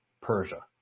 Persia